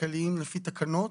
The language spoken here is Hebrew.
כלכליים לפי תקנות,